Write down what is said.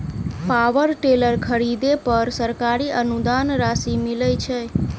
Power tiller खरीदे पर सरकारी अनुदान राशि मिलय छैय?